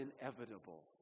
inevitable